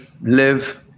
live